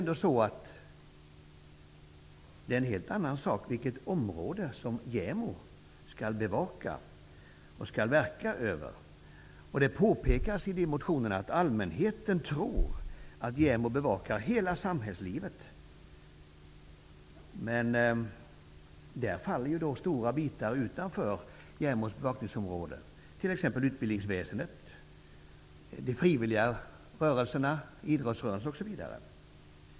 Det område som JämO skall bevaka och verka över, det är en helt annan sak. I dessa motioner påpekas att allmänheten tror att JämO bevakar hela samhällslivet, medan i själva verket stora bitar faller utanför JämO:s bevakningsområde, såsom utbildningsväsendet och de frivilliga rörelserna, exempelvis idrottssrörelsen.